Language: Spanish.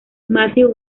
matthew